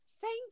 Thank